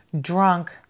drunk